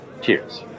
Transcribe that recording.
Cheers